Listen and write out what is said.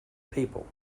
people